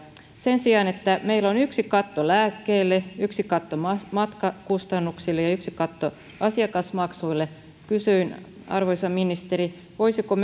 siihen liittyen että meillä on yksi katto lääkkeille yksi katto matkakustannuksille ja yksi katto asiakasmaksuille kysyn arvoisa ministeri voisiko